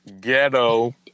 Ghetto